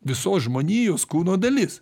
visos žmonijos kūno dalis